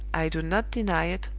i do not deny it,